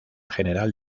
general